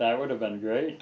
that i would have been great